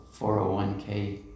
401k